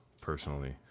personally